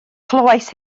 clywais